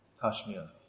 Kashmir